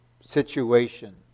situation